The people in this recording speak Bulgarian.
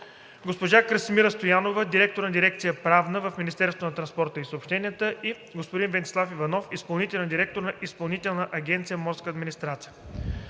госпожа Красимира Стоянова – директор на дирекция „Правна“ в Министерството на транспорта и съобщенията, и господин Венцислав Иванов – изпълнителен директор на Изпълнителна агенция